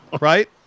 Right